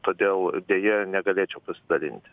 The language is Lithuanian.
todėl deja negalėčiau pasidalinti